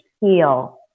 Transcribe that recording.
heal